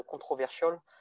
controversial